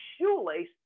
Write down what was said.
shoelace